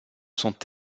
sont